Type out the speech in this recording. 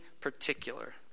particular